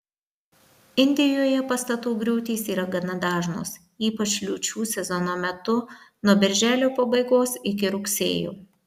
indijoje pastatų griūtys yra gana dažnos ypač liūčių sezono metu nuo birželio pabaigos iki rugsėjo